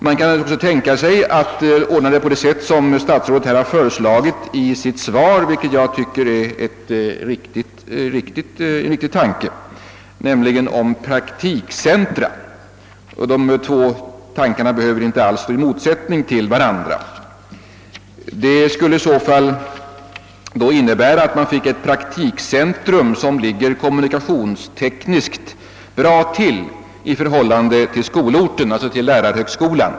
Man kan också, som statsrådet föreslagit i sitt svar ordna praktikcentra, vilket jag tycker är en riktig tanke — de två tankarna behöver inte alls stå i motsättning till varandra. Man skulle i så fall få ett praktikcentrum som kommunikationstekniskt ligger bra till i förhållande till lärarhögskolan.